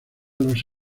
los